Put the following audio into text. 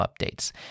updates